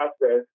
process